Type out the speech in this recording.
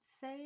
say